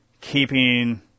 keeping